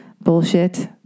bullshit